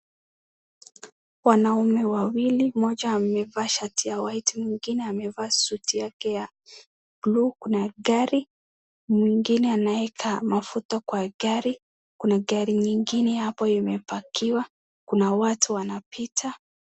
Wanaume wawili mmoja amevaa shati ya whilte mwingine amevaa suti yake ya blue kuna gari mwingine anaweka mafuta kwa gari kuna gari nyingine hapo ime pakiwa kuna watu wanapita.